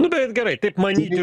nu bet gerai taip manyti